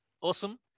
Awesome